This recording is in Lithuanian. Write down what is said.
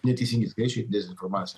neteisingi skaičiai dezinformacija